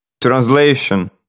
Translation